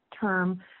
term